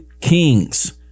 kings